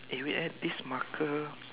eh wait eh this marker